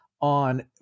on